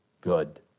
good